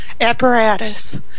apparatus